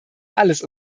alles